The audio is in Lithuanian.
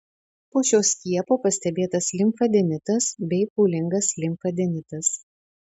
po šio skiepo pastebėtas limfadenitas bei pūlingas limfadenitas